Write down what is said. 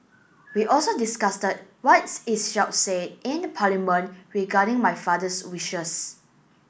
we also what say in Parliament regarding my father's wishes